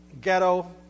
ghetto